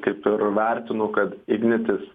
kaip ir vertinu kad ignitis